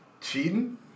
Cheating